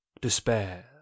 Despair